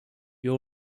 you